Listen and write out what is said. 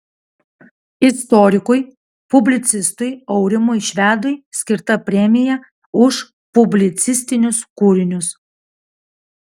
istorikui publicistui aurimui švedui skirta premija už publicistinius kūrinius